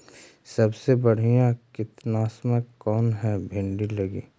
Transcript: सबसे बढ़िया कित्नासक कौन है भिन्डी लगी?